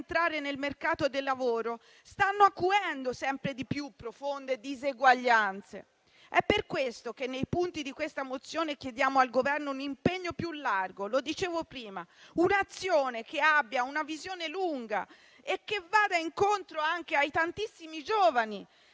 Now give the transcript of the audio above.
nel mercato del lavoro stanno acuendo sempre di più le già profonde diseguaglianze. È per questo che nei punti di questa mozione chiediamo al Governo un impegno più largo, come dicevo prima, un'azione che abbia una visione lunga e che vada incontro anche ai tantissimi giovani